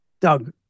Doug